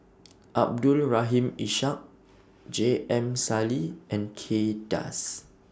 Abdul Rahim Ishak J M Sali and Kay Das